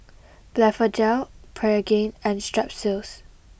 Blephagel Pregain and Strepsils